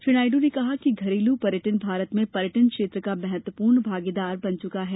श्री नायडू ने कहा कि घरेलू पर्यटन भारत में पर्यटन क्षेत्र का महत्वपूर्ण भागीदार बन चुका है